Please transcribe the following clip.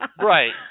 right